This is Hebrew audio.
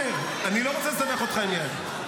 אני לא רוצה לסבך אותך עם יאיר.